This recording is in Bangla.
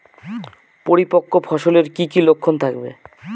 পরিপক্ক ফসলের কি কি লক্ষণ থাকবে?